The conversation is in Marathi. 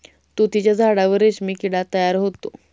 तुतीच्या झाडावर रेशीम किडा तयार होतो